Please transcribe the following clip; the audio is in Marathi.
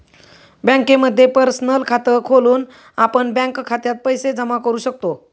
बँकेमध्ये पर्सनल खात खोलून आपण बँक खात्यात पैसे जमा करू शकतो